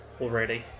already